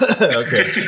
Okay